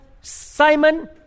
Simon